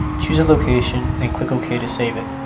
choose a location and click ok to save it.